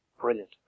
Brilliant